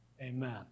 Amen